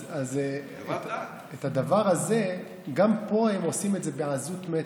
אז את הדבר הזה, גם פה הם עושים את זה בעזות מצח.